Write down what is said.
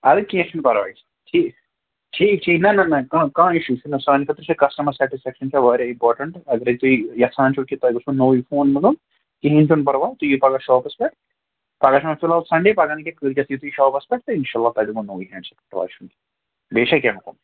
اَدٕ کیٚنٛہہ چھُنہٕ پَرواے ٹھیٖک ٹھیٖک ٹھیٖک نہ نہ نہ کانٛہہ کانٛہہ اِشوٗ چھُنا سانہِ خٲطرٕ چھِ کَسٹمَر سٮ۪ٹِسفیکشَن چھا واریاہ اِمپاٹَنٛٹ اگرَے تُہۍ یَژھان چھُو کہِ تۄہہِ گوٚژھوُ نوٚوُے فون مِلُن کِہیٖنۍ چھُنہٕ پَرواے تُہۍ یِیِو پگاہ شاپَس پٮ۪ٹھ پگاہ چھُ وۄنۍ فِلحال سَنڈے پَگاہ نہٕ کیٚنٛہہ کٲلۍکٮ۪تھ یِیِو تُہۍ شاپَس پٮ۪ٹھ تہٕ اِنشاء اللہ تۄہہِ دِمو نوٚوُے ہٮ۪نٛڈ پرواے چھُنہٕ کیٚنہہ بیٚیہِ چھا کینٛہہ حُکم